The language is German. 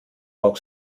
auch